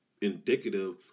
indicative